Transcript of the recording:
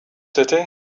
city